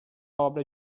obra